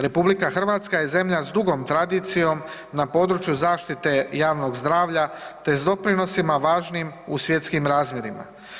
RH je zemlja s dugom tradicijom na području zaštite javnog zdravlja te s doprinosima važnim u svjetskim razmjerima.